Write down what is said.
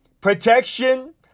protection